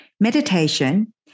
Meditation